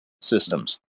systems